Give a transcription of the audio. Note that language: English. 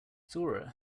zora